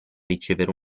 ricevere